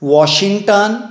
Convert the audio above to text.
Washington